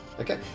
Okay